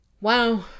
Wow